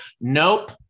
nope